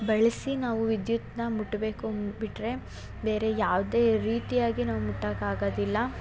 ಬಳಸಿ ನಾವು ವಿದ್ಯುತ್ತನ್ನ ಮುಟ್ಬೇಕು ಬಿಟ್ಟರೆ ಬೇರೆ ಯಾವುದೇ ರೀತಿಯಾಗಿ ನಾವು ಮುಟ್ಟಕ್ಕೆ ಆಗದಿಲ್ಲ